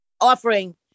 offering